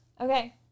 Okay